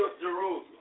Jerusalem